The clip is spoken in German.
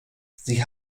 sie